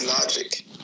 logic